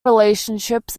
relationships